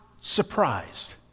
surprised